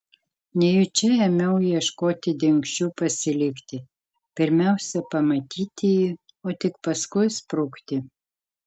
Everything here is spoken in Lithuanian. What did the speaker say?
nejučia ėmiau ieškoti dingsčių pasilikti pirmiausia pamatyti jį o tik paskui sprukti